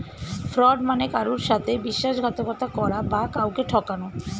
fraud মানে কারুর সাথে বিশ্বাসঘাতকতা করা বা কাউকে ঠকানো